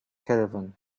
caravan